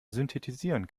synthetisieren